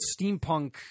steampunk